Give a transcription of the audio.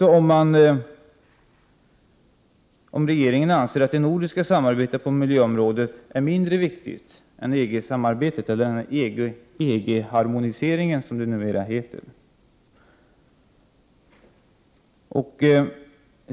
Jag undrar också om regeringen anser att det nordiska samarbetet på miljöområdet är mindre viktigt än EG-samarbetet, eller EG-harmoniseringen, som det numera heter.